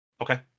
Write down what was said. Okay